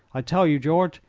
i tell you, george,